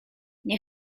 nie